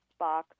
Spock